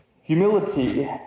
Humility